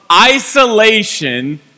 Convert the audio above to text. Isolation